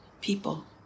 people